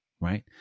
right